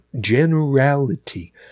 generality